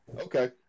Okay